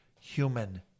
human